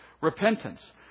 Repentance